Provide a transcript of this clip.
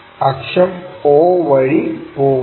അക്ഷം o വഴി പോകുന്നു